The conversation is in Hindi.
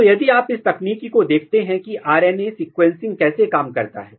तो यदि आप इस तकनीकी को देखते हैं कि आर एन ए सीक्वेंसिंग कैसे काम करता है